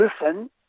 listen